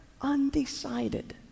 undecided